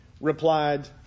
replied